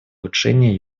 улучшения